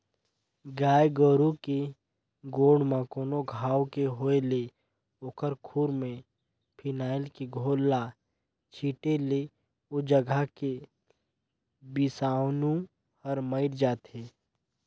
गाय गोरु के गोड़ म कोनो घांव के होय ले ओखर खूर में फिनाइल के घोल ल छींटे ले ओ जघा के बिसानु हर मइर जाथे